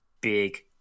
big